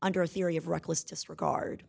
under a theory of reckless disregard